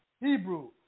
Hebrew